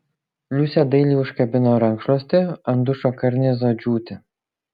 liusė dailiai užkabino rankšluostį ant dušo karnizo džiūti